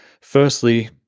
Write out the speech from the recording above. Firstly